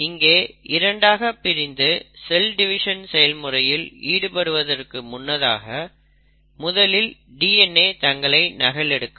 இங்கே இரண்டாக பிரிந்து செல் டிவிஷன் செயல்முறையில் ஈடுபடுவதற்கு முன்னதாக முதலில் DNA தங்களை நகலெடுக்கும்